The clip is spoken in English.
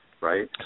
right